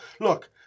Look